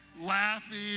laughing